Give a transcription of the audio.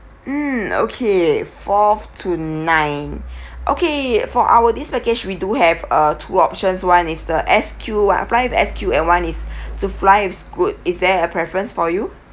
mm okay fourth to nine okay for our this package we do have uh two options one is the S_Q one fly with S_Q and one is to fly with scoot is there a preference for you